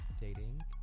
dating